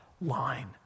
line